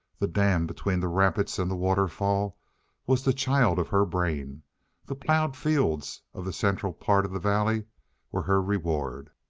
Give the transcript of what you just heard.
the dam between the rapids and the waterfall was the child of her brain the plowed fields of the central part of the valley were her reward.